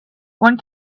one